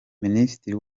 minisitiri